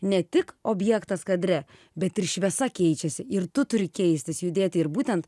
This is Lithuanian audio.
ne tik objektas kadre bet ir šviesa keičiasi ir tu turi keistis judėti ir būtent